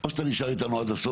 אומר.